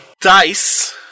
Dice